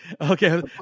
Okay